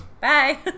bye